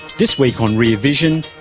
this week on rear vision,